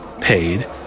Paid